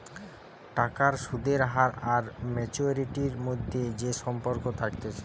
টাকার সুদের হার আর ম্যাচুয়ারিটির মধ্যে যে সম্পর্ক থাকতিছে